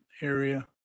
area